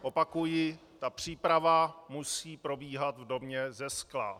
Opakuji, příprava musí probíhat v domě ze skla.